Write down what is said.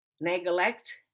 Neglect